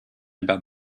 about